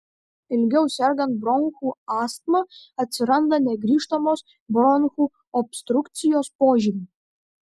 ilgiau sergant bronchų astma atsiranda negrįžtamos bronchų obstrukcijos požymių